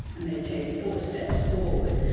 and they take four steps forward.